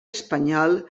espanyol